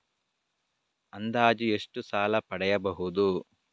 ಅಂದಾಜು ಎಷ್ಟು ಸಾಲ ಪಡೆಯಬಹುದು?